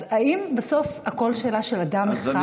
אז האם בסוף הכול שאלה של אדם אחד?